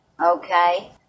Okay